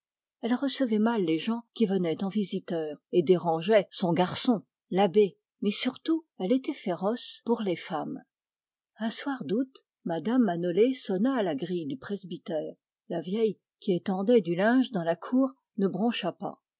elle recevait mal les gens qui venaient en visiteurs et dérangeaient son garçon l'abbé mais surtout elle était féroce pour les femmes un soir d'août mme manolé sonna à la grille du presbytère la vieille qui étendait du linge dans la cour ne broncha pas